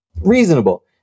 reasonable